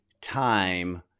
time